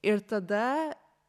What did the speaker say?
ir tada